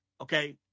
Okay